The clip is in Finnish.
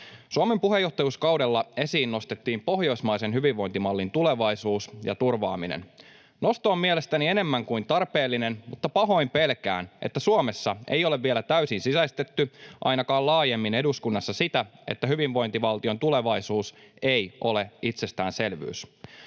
Suomen puheenjohtajuuskaudella esiin nostettiin pohjoismaisen hyvinvointimallin tulevaisuus ja turvaaminen. Nosto on mielestäni enemmän kuin tarpeellinen, mutta pahoin pelkään, että Suomessa ei ole vielä täysin sisäistetty, ainakaan laajemmin eduskunnassa, sitä, että hyvinvointivaltion tulevaisuus ei ole itsestäänselvyys.